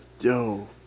Yo